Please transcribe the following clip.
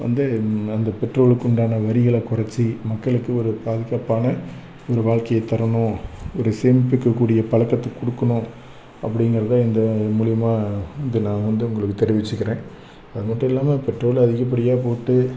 வந்து அந்த பெட்ரோலுக்கு உண்டான வரிகளை குறச்சி மக்களுக்கு ஒரு பாதுகாப்பான ஒரு வாழ்க்கைய தரணும் ஒரு சேமிப்புக்கு கூடிய பழக்கத்த கொடுக்கணும் அப்படிங்கறத இந்த இது மூலியமாக இதை நான் வந்து உங்களுக்கு தெரிவிச்சிக்கிறேன் அது மட்டும் இல்லாமல் பெட்ரோலை அதிகப்படியாக போட்டு